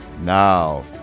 Now